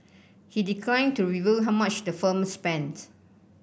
he declined to reveal how much the firm spents